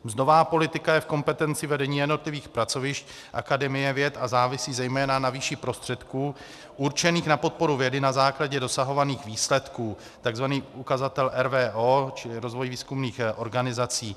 Mzdová politika je v kompetenci vedení jednotlivých pracovišť Akademie věd a závisí zejména na výši prostředků určených na podporu vědy na základě dosahovaných výsledků, tzv. ukazatel RVO Rozvoj výzkumných organizací.